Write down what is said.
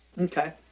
Okay